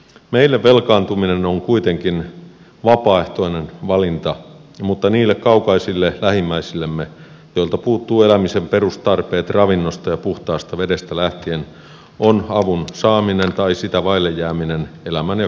meille velkaantuminen on kuitenkin vapaaehtoinen valinta mutta niille kaukaisille lähimmäisillemme joilta puuttuu elämisen perustarpeet ravinnosta ja puhtaasta vedestä lähtien on avun saaminen tai sitä vaille jääminen elämän ja kuoleman kysymys